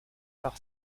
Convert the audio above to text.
par